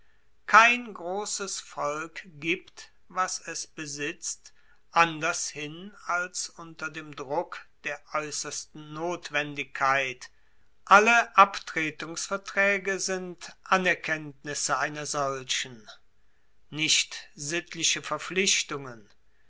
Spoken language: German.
kein grosses volk gibt was es besitzt anders hin als unter dem druck der aeussersten notwendigkeit alle abtretungsvertraege sind anerkenntnisse einer solchen nicht sittliche verpflichtungen